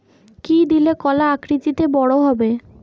কি দিলে কলা আকৃতিতে বড় হবে?